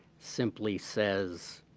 simply says,